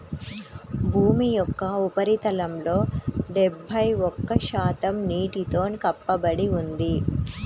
భూమి యొక్క ఉపరితలంలో డెబ్బై ఒక్క శాతం నీటితో కప్పబడి ఉంది